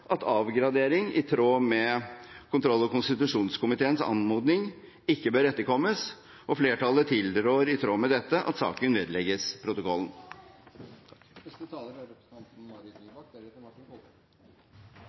at avgradering i tråd med kontroll- og konstitusjonskomiteens anmodning ikke bør etterkommes, og flertallet tilrår i tråd med dette at saken vedlegges